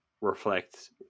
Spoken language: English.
reflect